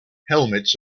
helmets